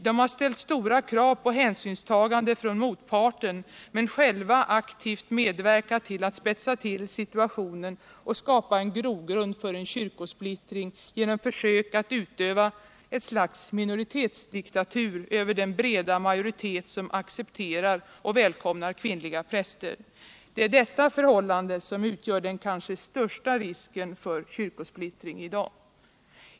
De har ställt stora krav på hänsynstagande från motparten men själva aktivt medverkat till att spetsa till situationen och skapa en grogrund för en kyrkosplittring genom försök att utöva ett slags minoritetsdiktatur över den breda majoritet som accepterar och välkomnar kvinnliga präster. Det är detta förhållande som utgör den kanske största risken för kyrkosplittring i dag.